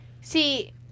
see